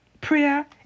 Prayer